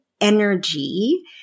energy